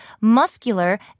muscular